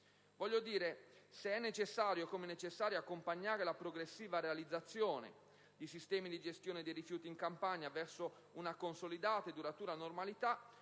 se è necessario, come infatti è, accompagnare la progressiva realizzazione di sistemi di gestione dei rifiuti in Campania verso una consolidata e duratura normalità